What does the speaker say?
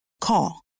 Call